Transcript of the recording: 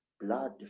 Blood